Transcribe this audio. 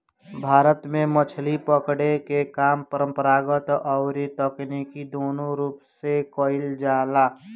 भारत में मछरी पकड़े के काम परंपरागत अउरी तकनीकी दूनो रूप से कईल जाला